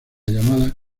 llamada